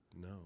no